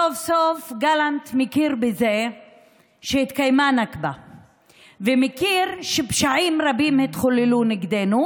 סוף-סוף גלנט מכיר בזה שהתקיימה נכבה ומכיר שפשעים רבים התחוללו נגדנו.